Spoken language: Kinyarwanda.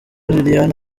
liliane